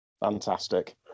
Fantastic